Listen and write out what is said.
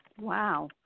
Wow